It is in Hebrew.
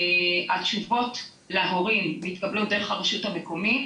התשובות להורים מתקבלות דרך הרשות המקומית.